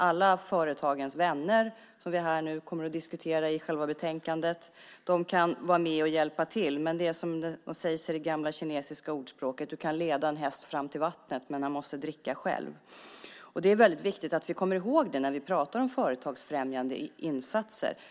Alla företagens vänner, som vi nu kommer att diskutera i själva debatten om betänkandet, kan vara med och hjälpa till. Men det är som det sägs i det gamla kinesiska ordspråket: Du kan leda en häst fram till vattnet, men den måste dricka själv. Det är väldigt viktigt att vi kommer ihåg det när vi pratar om företagsfrämjande insatser.